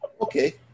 Okay